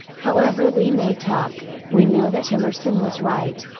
however we may talk, we know that emerson was right,